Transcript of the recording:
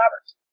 Roberts